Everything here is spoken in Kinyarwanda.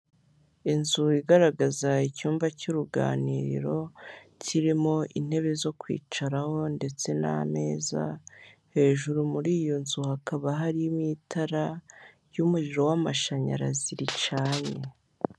Inzu igaragaza icyumba cy'uruganiriro, kirimo intebe zo kwicaraho ndetse n'ameza, hejuru muri iyo nzu hakaba harimo itara ry'umuriro w'amashanyarazi, ricanye.